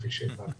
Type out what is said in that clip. כפי שהבנתי.